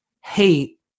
hate